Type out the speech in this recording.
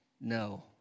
No